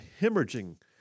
hemorrhaging